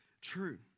true